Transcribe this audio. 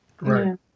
right